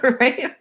right